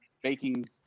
Baking